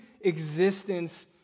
existence